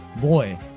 Boy